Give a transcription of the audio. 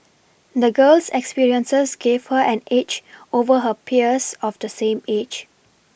the girl's experiences gave her an edge over her peers of the same age